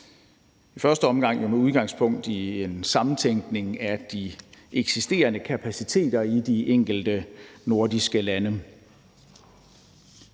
i første omgang jo med udgangspunkt i en sammentænkning af de eksisterende kapaciteter i de enkelte nordiske lande.